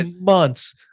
months